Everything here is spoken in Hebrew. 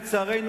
לצערנו,